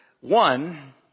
one